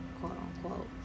quote-unquote